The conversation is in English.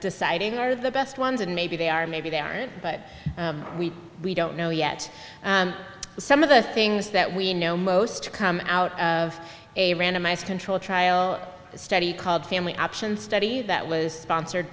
deciding are the best ones and maybe they are maybe they aren't but we don't know yet some of the things that we know most come out of a randomized control trial study called family option study that was sponsored